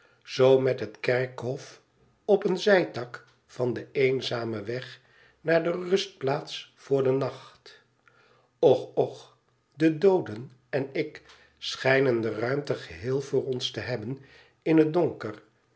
zoo met het kerkhof op een zijtak van den eenzamen weg naar de rustplaats voor den nacht och och de dooden en ik schijnen de ruimte geheel voor ons te hebben in het donker